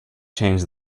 change